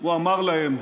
הוא אמר להם,